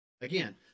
Again